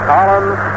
Collins